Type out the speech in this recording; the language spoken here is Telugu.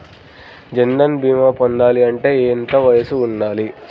జన్ధన్ భీమా పొందాలి అంటే ఎంత వయసు ఉండాలి?